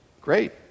great